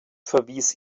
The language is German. verwies